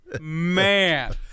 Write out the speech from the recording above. Man